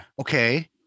okay